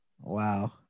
Wow